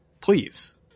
Please